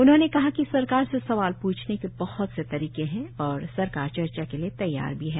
उन्होंने कहा कि सरकार से सवाल पूछने के बहुत से तरीके हैं और सरकार चर्चा के लिए तैयार भी है